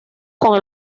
con